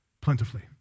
plentifully